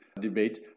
debate